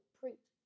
preach